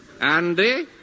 Andy